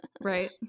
right